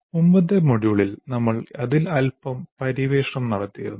മുമ്പത്തെ മൊഡ്യൂളിൽ നമ്മൾ അതിൽ അൽപം പര്യവേക്ഷണം നടത്തിയ്യിരുന്നു